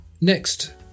next